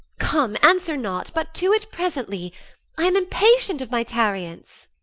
come, answer not, but to it presently i am impatient of my tarriance.